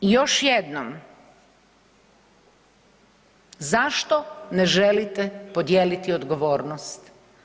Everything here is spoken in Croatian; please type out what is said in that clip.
I još jednom, zašto ne želite podijeliti odgovornost?